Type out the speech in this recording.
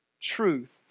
Truth